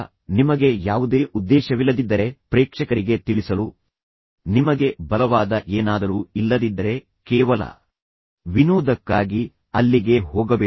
ಆದ್ದರಿಂದ ನಿಮಗೆ ಯಾವುದೇ ಉದ್ದೇಶವಿಲ್ಲದಿದ್ದರೆ ಪ್ರೇಕ್ಷಕರಿಗೆ ತಿಳಿಸಲು ನಿಮಗೆ ಬಲವಾದ ಏನಾದರೂ ಇಲ್ಲದಿದ್ದರೆ ಕೇವಲ ವಿನೋದಕ್ಕಾಗಿ ಅಲ್ಲಿಗೆ ಹೋಗಬೇಡಿ